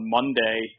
Monday